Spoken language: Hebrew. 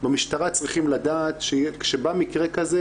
במשטרה צריכים לדעת שכשבא מקרה כזה,